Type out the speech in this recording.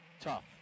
tough